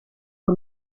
que